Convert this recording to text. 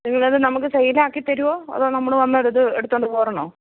നിങ്ങളത് നമുക്ക് സേയ്ലാക്കിത്തരുവോ അതോ നമ്മൾ വന്നാലിത് എടുത്തോണ്ട് പോരണോ